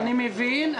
אני מבין.